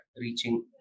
reaching